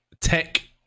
tech